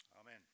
Amen